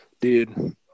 Dude